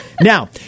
now